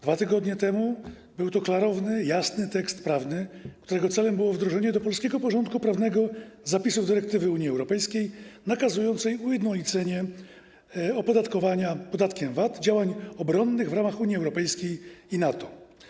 2 tygodnie temu był to klarowny, jasny tekst prawny, którego celem było wdrożenie do polskiego porządku prawnego zapisów dyrektywy Unii Europejskiej nakazującej ujednolicenie opodatkowania podatkiem VAT działań obronnych w ramach Unii Europejskiej i NATO.